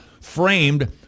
framed